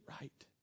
right